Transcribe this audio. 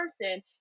person